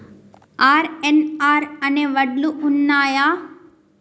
RNR అనే వడ్లు ఉన్నయా?